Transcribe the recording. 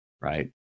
right